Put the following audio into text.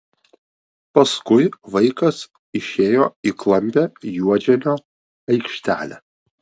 paskui vaikas išėjo į klampią juodžemio aikštelę